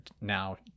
now